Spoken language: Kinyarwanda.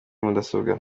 mudasobwa